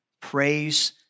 Praise